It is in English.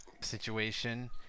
situation